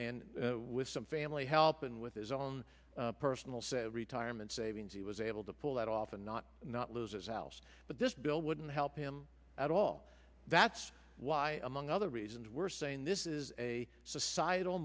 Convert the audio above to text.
and with some family help and with his own personal set of retirement savings he was able to pull that off and not not lose it yes but this bill wouldn't help him at all that's why among other reasons we're saying this is a societal